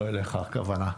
המפכ"ל, לא אליך הכוונה.